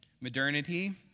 modernity